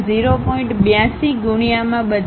82 ગુણ્યામાં બદલાય છે